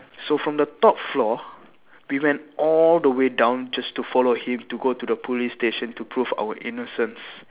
so from the top floor we went all the way down just to follow him to go to the police station to prove our innocence